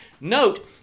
Note